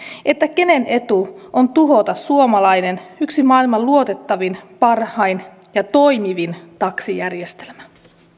kenen etu on tuhota suomalainen yksi maailman luotettavin parhain ja toimivin taksijärjestelmä